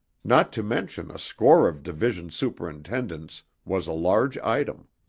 not to mention a score of division superintendents was a large item.